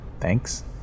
thanks